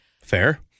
Fair